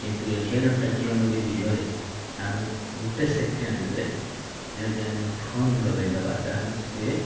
କିନ୍ତୁ ଏବେର ଟେକ୍ନୋଲୋଜି ଯୁଗରେ ଆମେ ଗୋଟିଏ ସେକେଣ୍ଡ୍ରେ ଯଦି ଆମେ ଫୋନ୍ ଲଗାଇଦବା ତାହେଲେ ସିଏ